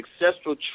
successful